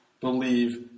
believe